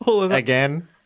again